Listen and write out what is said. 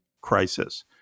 crisis